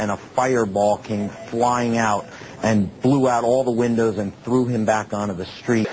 and a fireball came flying out and flew out all the windows and threw him back on of the street